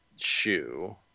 Shoe